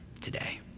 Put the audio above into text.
today